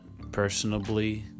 personably